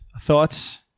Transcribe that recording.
thoughts